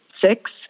six